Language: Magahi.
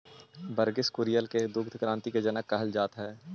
वर्गिस कुरियन के दुग्ध क्रान्ति के जनक कहल जात हई